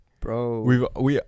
Bro